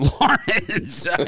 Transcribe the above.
Lawrence